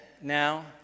now